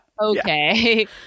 okay